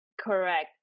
Correct